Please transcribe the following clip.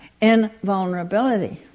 invulnerability